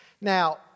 Now